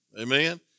amen